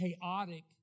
chaotic